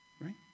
Right